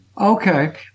Okay